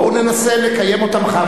בואו ננסה לקיים אותה מחר,